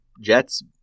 Jets